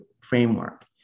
framework